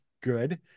good